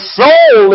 soul